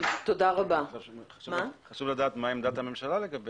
חשוב לדעת מה עמדת הממשלה.